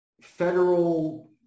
federal